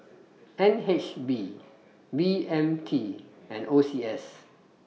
N H B B M T and O C S